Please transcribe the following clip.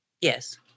Yes